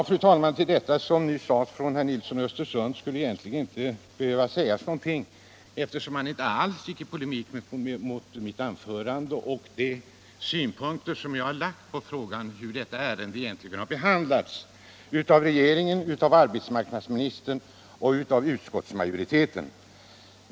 Fru talman! Vad herr Nilsson i Östersund sade skulle egentligen inte tarva något bemötande, eftersom han inte alls gick i polemik mot vad jag anförde och mot de synpunkter som jag framförde när det gäller hur detta ärende har behandlats av regeringen, arbetsmarknadsministern och utskottsmajoriteten.